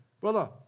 Brother